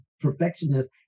perfectionist